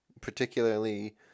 particularly